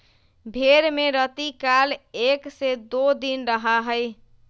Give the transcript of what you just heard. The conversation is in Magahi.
भेंड़ में रतिकाल एक से दो दिन रहा हई